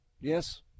Yes